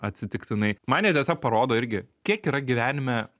atsitiktinai man jie tiesiog parodo irgi kiek yra gyvenime